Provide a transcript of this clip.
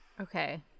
Okay